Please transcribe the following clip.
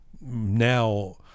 now